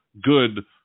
good